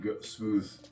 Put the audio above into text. smooth